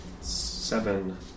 Seven